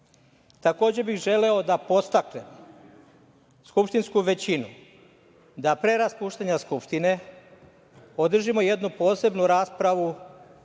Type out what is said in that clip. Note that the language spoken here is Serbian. bih želeo da podstaknem skupštinsku većinu da pre raspuštanja Skupštine održimo jednu posebnu raspravu